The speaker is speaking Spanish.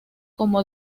como